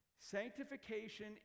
Sanctification